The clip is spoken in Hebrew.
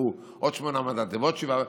לקחו עוד שמונה מנדטים ועוד שבעה,